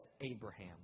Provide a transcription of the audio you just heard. Abraham